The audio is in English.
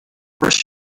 first